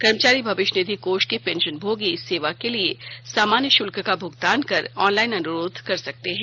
कर्मचारी भविष्य निधि कोष के पेंशनभोगी इस सेवा के लिए सामान्य शुल्क का भुगतान कर ऑनलाइन अनुरोध कर सकते हैं